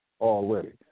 already